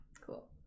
Cool